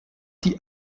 die